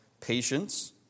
patience